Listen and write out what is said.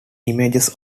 images